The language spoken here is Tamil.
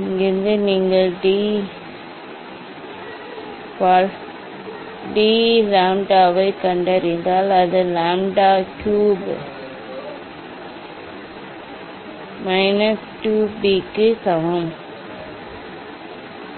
இங்கிருந்து நீங்கள் டி மம்பால் டி லாம்ப்டாவைக் கண்டறிந்தால் அது லாம்ப்டா கியூப் மூலம் மைனஸ் 2 பி க்கு சமம் எனவே